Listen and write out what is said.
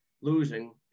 losing